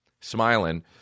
smiling